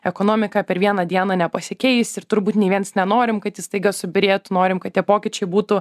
ekonomika per vieną dieną nepasikeis ir turbūt nei viens nenorim kad ji staiga subyrėtų norim kad tie pokyčiai būtų